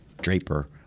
Draper